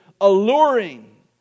alluring